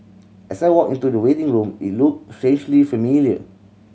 as I walked into the waiting room it looked strangely familiar